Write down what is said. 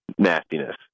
nastiness